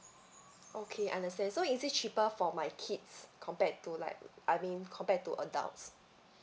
okay understand so is it cheaper for my kids compared to like I mean compared to adults